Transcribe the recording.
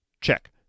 Check